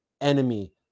enemy